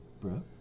bro